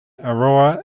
aurora